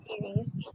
series